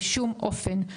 בשום אופן.